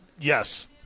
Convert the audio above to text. Yes